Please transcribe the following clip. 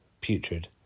Putrid